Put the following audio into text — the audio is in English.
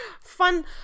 fun